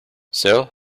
seoul